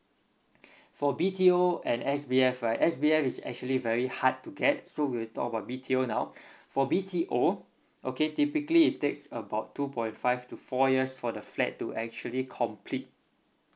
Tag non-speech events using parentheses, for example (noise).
for B_T_O and S_B_F right S_B_F is actually very hard to get so we'll talk about B_T_O now (breath) for B_T_O okay typically it takes about two point five to four years for the flat to actually complete